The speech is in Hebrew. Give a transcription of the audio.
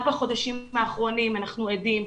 רק בחודשים האחרונים אנחנו עדים,